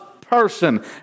person